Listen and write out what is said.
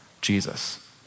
Jesus